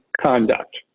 conduct